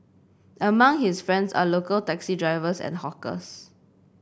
among his friends are local taxi drivers and hawkers